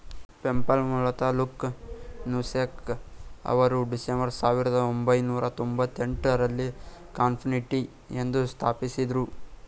PayPal ಮೂಲತಃ Luke Nosek ಅವರು December ಸಾವಿರದ ಒಂಬೈನೂರ ತೊಂಭತ್ತೆಂಟು ರಲ್ಲಿ ಕಾನ್ಫಿನಿಟಿ ಎಂದು ಸ್ಥಾಪಿಸಿದ್ದ್ರು